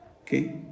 okay